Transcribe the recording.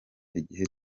igihe